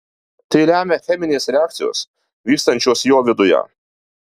tai lemia cheminės reakcijos vykstančios jo viduje